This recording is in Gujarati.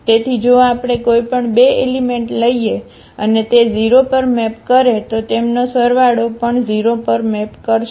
તેથી જો આપણે કોઈપણ બે એલિમેંટ લઈએ અને તે 0 પર મેપ કરે તો તેમનો સરવાળો પણ 0 પર મેપ કરશે